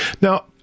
now